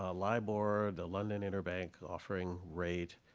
ah libor, the london interbank offering rate,